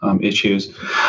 issues